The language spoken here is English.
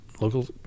local